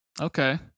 Okay